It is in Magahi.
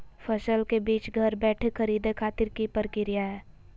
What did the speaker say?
फसल के बीज घर बैठे खरीदे खातिर की प्रक्रिया हय?